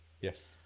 Yes